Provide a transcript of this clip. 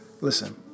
Listen